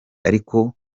ariko